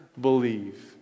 believe